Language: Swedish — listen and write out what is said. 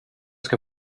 ska